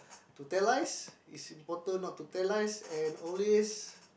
to tell lies it's important not to tell lies and always